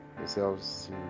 Yourselves